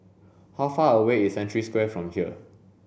how far away is Century Square from here